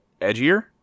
edgier